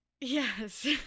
Yes